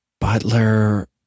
Butler